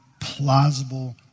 plausible